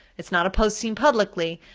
it's not a post seen publicly,